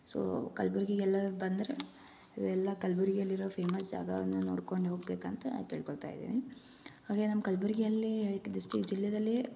so ಕಲ್ಬುರ್ಗಿಗೆ ಎಲ್ಲ ಬಂದ್ರೆ ಎಲ್ಲ ಕಲಬುರ್ಗಿಯಲ್ಲಿರೊ ಫೇಮಸ್ ಜಾಗವನ್ನು ನೋಡ್ಕೊಂಡು ಹೋಗಬೇಕಂತ ಕೇಳ್ಕೊತಾ ಇದ್ದೇನೆ ಹಾಗೆ ನಮ್ಮ ಕಲಬುರ್ಗಿಯಲ್ಲೀ ಡಿಸ್ಟಿಕ್ ಜಿಲ್ಲೆಯಲ್ಲಿ